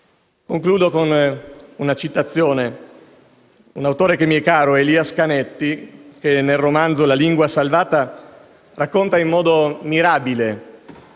Concludo con una citazione. Un autore che mi è caro, Elias Canetti, nel romanzo «La Lingua Salvata» racconta in modo mirabile